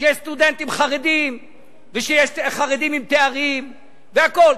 שיש סטודנטים חרדים ויש חרדים עם תארים והכול.